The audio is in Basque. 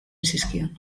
zizkion